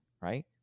right